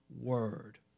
word